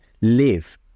live